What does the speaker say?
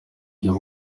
ibyo